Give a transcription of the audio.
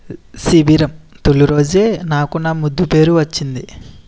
శిబిరం తొలిరోజే నాకు నా ముద్దుపేరు వచ్చింది